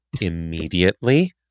immediately